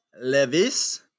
Levis